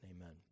Amen